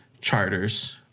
charters